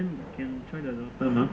can try the daughter mah